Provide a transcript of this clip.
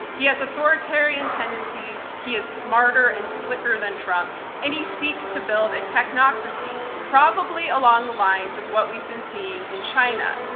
he has authoritarian tendencies. he is smarter and slicker than trump and he seeks to build a technocracy. probably along the lines of what we've been seeing in china.